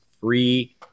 free